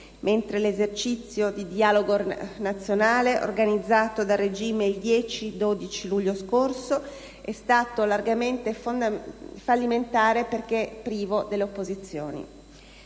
mentre l'esercizio di «Dialogo Nazionale» organizzato dal regime il 10 e il 12 luglio scorso è stato largamente fallimentare, perché privo delle opposizioni.